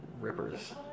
Rippers